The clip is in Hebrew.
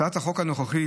הצעת החוק הנוכחית